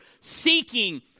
Seeking